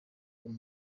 hamwe